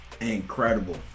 incredible